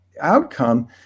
outcome